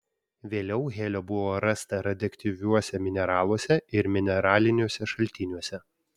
vėliau helio buvo rasta radioaktyviuose mineraluose ir mineraliniuose šaltiniuose